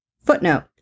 Footnote